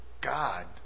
God